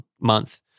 month